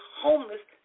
homeless